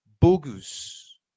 Bogus